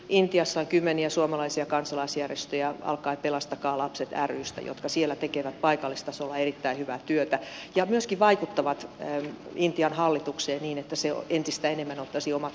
intiassa on kymmeniä suomalaisia kansalaisjärjestöjä alkaen pelastakaa lapset rystä jotka siellä tekevät paikallistasolla erittäin hyvää työtä ja myöskin vaikuttavat intian hallitukseen niin että se entistä enemmän ottaisi omat köyhänsä huomioon